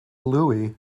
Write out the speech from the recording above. louis